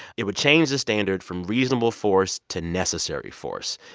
it would change the standard from reasonable force to necessary force.